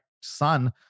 son